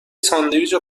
ساندویچ